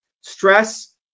Stress